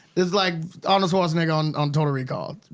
it's like arnold schwarzenegger on on total recall.